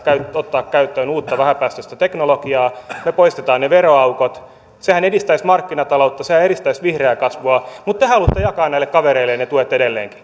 ottaa käyttöön uutta vähäpäästöistä teknologiaa ja poistetaan ne veroaukot sehän edistäisi markkinataloutta sehän edistäisi vihreää kasvua mutta te haluatte jakaa näille kavereille ne tuet edelleenkin